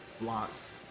blocks